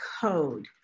code